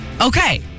Okay